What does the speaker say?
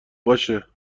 باشه